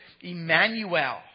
Emmanuel